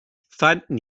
fanden